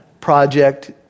project